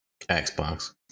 Xbox